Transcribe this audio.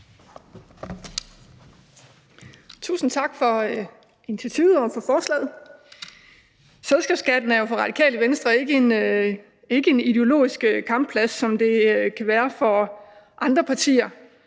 Tusind tak for initiativet og for forslaget. Selskabsskatten er jo for Radikale Venstre ikke en ideologisk kampplads, som det kan være for andre partier,